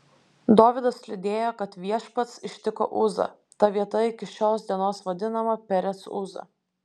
dovydas liūdėjo kad viešpats ištiko uzą ta vieta iki šios dienos vadinama perec uza